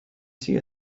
see